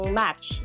match